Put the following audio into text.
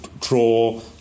draw